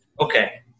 Okay